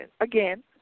Again